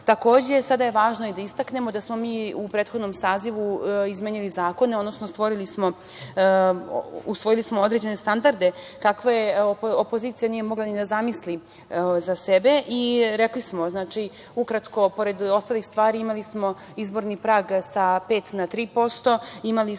REM-a, sada je važno da istaknemo da smo mi u prethodnom sazivu izmenili zakone, odnosno usvojili smo određene standarde kakve opozicija nije mogla ni da zamisli za sebe i rekli smo, ukratko, pored ostalih stvari, imali smo izborni prag sa 5% na 3%, imali smo